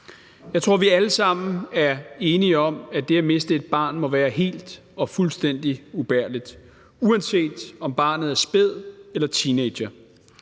Jeg tror, vi alle sammen er enige om, at det at miste et barn må være helt og aldeles, fuldstændig ubærligt, uanset om barnet er spædt eller teenager.